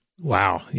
Wow